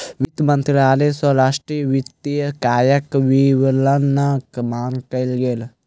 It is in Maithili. वित्त मंत्रालय सॅ राष्ट्रक वित्तीय कार्यक विवरणक मांग कयल गेल